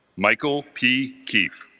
michael p. keefe,